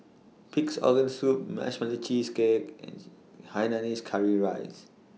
Pig'S Organ Soup Marshmallow Cheesecake and Hainanese Curry Rice